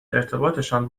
ارتباطشان